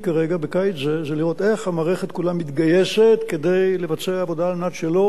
זה לראות איך המערכת כולה מתגייסת כדי לבצע עבודה על מנת שלא יחסר חשמל.